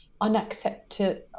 unacceptable